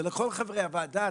ולכל חברי הוועדה,